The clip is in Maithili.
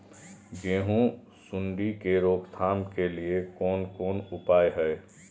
गेहूँ सुंडी के रोकथाम के लिये कोन कोन उपाय हय?